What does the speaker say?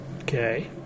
Okay